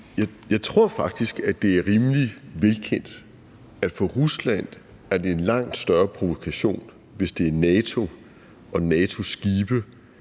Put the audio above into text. Jeg tror faktisk, at det er rimelig velkendt, at for Rusland er det en langt større provokation, hvis det er NATO og NATO's skibe,